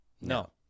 No